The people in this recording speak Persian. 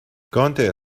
گانتر